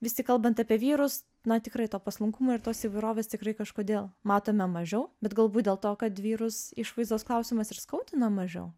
vis tik kalbant apie vyrus na tikrai to paslankumo ir tos įvairovės tikrai kažkodėl matome mažiau bet galbūt dėl to kad vyrus išvaizdos klausimas ir skaudina mažiau